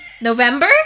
November